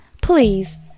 Please